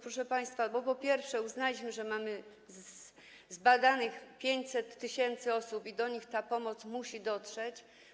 Proszę państwa, po pierwsze, uznaliśmy, że mamy zbadanych 500 tys. osób i do nich ta pomoc musi dotrzeć.